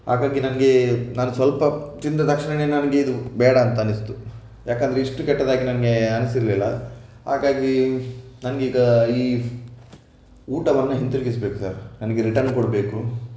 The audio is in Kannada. ಹಾಗಾಗಿ ನನಗೆ ನಾನು ಸ್ವಲ್ಪ ತಿಂದ ತಕ್ಷಣವೆ ನನಗೆ ಇದು ಬೇಡ ಅಂತನ್ನಿಸಿತು ಯಾಕೆಂದರೆ ಇಷ್ಟು ಕೆಟ್ಟದಾಗಿ ನನಗೆ ಅನ್ನಿಸಿರಲಿಲ್ಲ ಹಾಗಾಗಿ ನನಗೀಗ ಈ ಊಟವನ್ನು ಹಿಂತಿರುಗಿಸಬೇಕು ಸರ್ ನನಗೆ ರಿಟರ್ನ್ ಕೊಡಬೇಕು